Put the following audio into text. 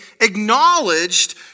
acknowledged